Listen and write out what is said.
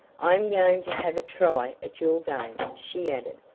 i am going to have a try at your game, she added,